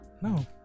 No